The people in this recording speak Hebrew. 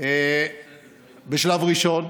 בשלב ראשון,